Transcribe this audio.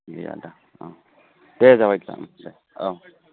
दे आदा अ दे जाबाय दे औ